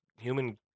human